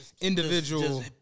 individual